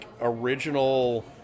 original